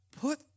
put